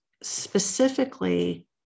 specifically